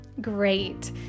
Great